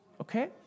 okay